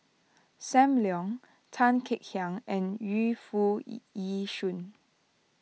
Sam Leong Tan Kek Hiang and Yu Foo Yee Yee Shoon